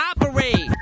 operate